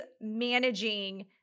managing